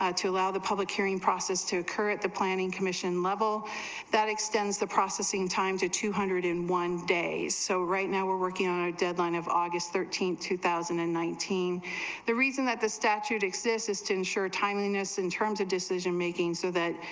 ah to allow the public hearing process to occur at the planning commission level that extends the processing time to two hundred and one days so right now are working on a deadline of august thirteen, two thousand in nineteen the reason that the statute excesses to ensure timeliness in terms of decision-making said so that,